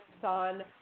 son